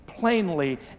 plainly